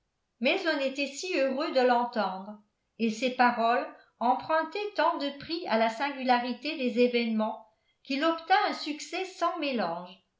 mais on était si heureux de l'entendre et ses paroles empruntaient tant de prix à la singularité des événements qu'il obtint un succès sans mélange